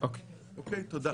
אוקיי, תודה.